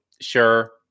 sure